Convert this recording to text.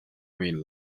bin